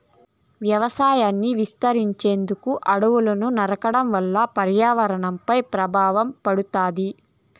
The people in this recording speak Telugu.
వ్యవసాయాన్ని విస్తరించేందుకు అడవులను నరకడం వల్ల పర్యావరణంపై ప్రభావం పడుతాది